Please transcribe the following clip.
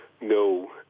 no